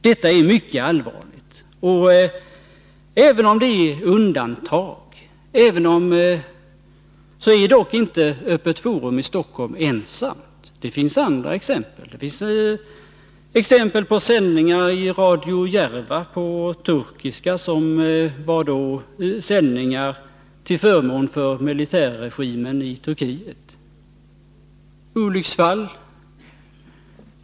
Även om Öppet Forum i Stockholm är ett undantag, är det dock inte ensamt i sitt slag. Det finns andra exempel på sådana sändningar. Radio Järva har haft sändningar på turkiska, där man har uttalat sig till förmån för militärregimen i Turkiet. Olycksfall?